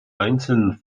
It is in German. einzelnen